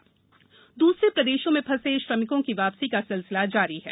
श्रमिक वापसी द्रसरे प्रदेशों में फंसे श्रमिकों की वापसी का सिलसिला जारी है